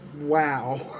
wow